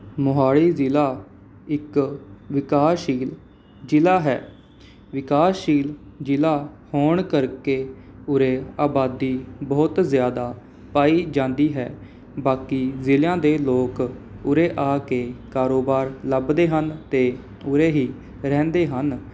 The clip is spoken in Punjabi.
ਮੋਹਾਲੀ ਜ਼ਿਲ੍ਹਾ ਇੱਕ ਵਿਕਾਸਸ਼ੀਲ ਜ਼ਿਲ੍ਹਾ ਹੈ ਵਿਕਾਸਸ਼ੀਲ ਜ਼ਿਲ੍ਹਾ ਹੋਣ ਕਰਕੇ ਉਰੇ ਆਬਾਦੀ ਬਹੁਤ ਜ਼ਿਆਦਾ ਪਾਈ ਜਾਂਦੀ ਹੈ ਬਾਕੀ ਜ਼ਿਲ੍ਹਿਆਂ ਦੇ ਲੋਕ ਉਰੇ ਆ ਕੇ ਕਾਰੋਬਾਰ ਲੱਭਦੇ ਹਨ ਅਤੇ ਉਰੇ ਹੀ ਰਹਿੰਦੇ ਹਨ